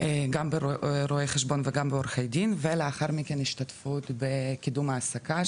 גם ברואי החשבון וגם בעורכי הדין ולאחר מכן יש השתתפות בקידום העסקה,